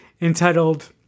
entitled